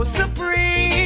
supreme